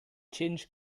change